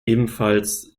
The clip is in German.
ebenfalls